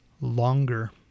longer